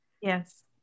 Yes